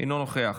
אינו נוכח.